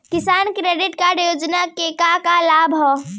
किसान credit card योजना के का का लाभ ह?